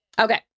Okay